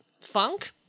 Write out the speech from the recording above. funk